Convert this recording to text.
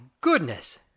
goodness